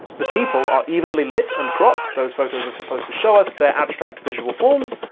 the people are evenly lit and cropped, those photos are supposed to show us their abstract visual forms,